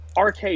RK